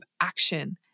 action